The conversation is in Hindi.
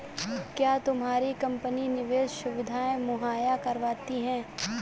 क्या तुम्हारी कंपनी निवेश सुविधायें मुहैया करवाती है?